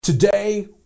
Today